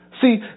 See